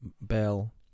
Bell